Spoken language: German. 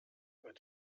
über